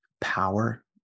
power